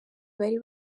bari